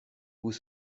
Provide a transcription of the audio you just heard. vous